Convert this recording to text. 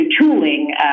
tooling